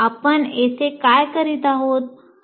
आपण येथे काय करीत आहोत